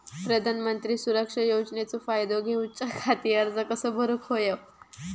प्रधानमंत्री सुरक्षा योजनेचो फायदो घेऊच्या खाती अर्ज कसो भरुक होयो?